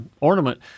ornament